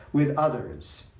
with others,